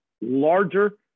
larger